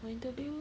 my interview